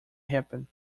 happen